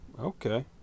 Okay